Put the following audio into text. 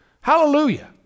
Hallelujah